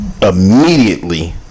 immediately